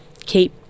keep